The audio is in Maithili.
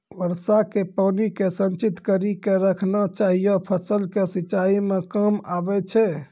वर्षा के पानी के संचित कड़ी के रखना चाहियौ फ़सल के सिंचाई मे काम आबै छै?